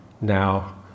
now